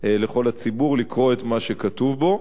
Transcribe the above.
לכל הציבור לקרוא את מה שכתוב בו.